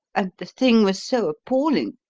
and the thing was so appalling,